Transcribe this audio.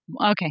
Okay